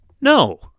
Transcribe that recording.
No